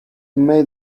made